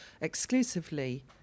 exclusively